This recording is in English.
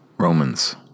Romans